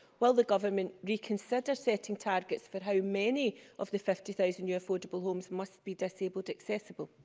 will the government reconsider setting targets for how many of the fifty thousand new affordable homes must be disabled accessible?